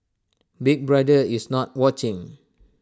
Big Brother is not watching